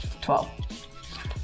Twelve